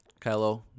Kylo